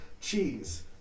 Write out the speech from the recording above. Cheese